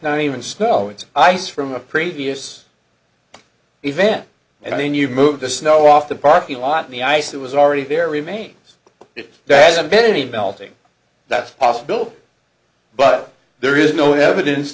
not even snow it's ice from a previous event and then you've moved the snow off the parking lot the ice that was already there remains it hasn't been any melting that's a possibility but there is no evidence